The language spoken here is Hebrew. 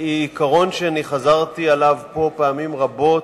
הוא עיקרון שאני חזרתי עליו פה פעמים רבות,